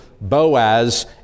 Boaz